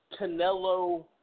Canelo